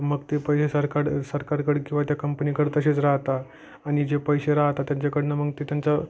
मग ते पैसे सरकार सरकारकडं किंवा त्या कंपनीकडं तसेच राहता आणि जे पैसे राहता त्याच्याकडनं मग ते त्यांचं